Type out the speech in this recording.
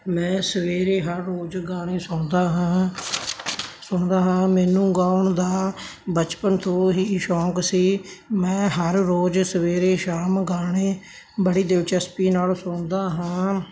ਮੈਂ ਸਵੇਰੇ ਹਰ ਰੋਜ਼ ਗਾਣੇ ਸੁਣਦਾ ਹਾਂ ਸੁਣਦਾ ਹਾਂ ਮੈਨੂੰ ਗਾਉਣ ਦਾ ਬਚਪਨ ਤੋਂ ਹੀ ਸ਼ੌਂਕ ਸੀ ਮੈਂ ਹਰ ਰੋਜ਼ ਸਵੇਰੇ ਸ਼ਾਮ ਗਾਣੇ ਬੜੀ ਦਿਲਚਸਪੀ ਨਾਲ ਸੁਣਦਾ ਹਾਂ